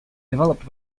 developed